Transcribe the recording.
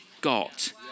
got